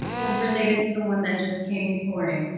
was related to the one that just came before it.